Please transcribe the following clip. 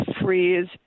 freeze